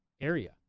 area